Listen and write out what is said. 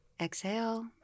Exhale